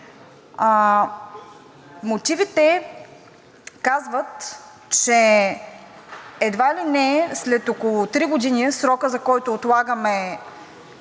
Мотивите казват, че едва ли не след около три години – срокът, за който отлагаме